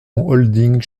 holding